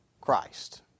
Christ